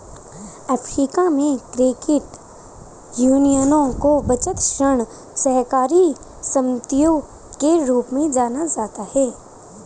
Africa में, credit यूनियनों को बचत, ऋण सहकारी समितियों के रूप में जाना जाता है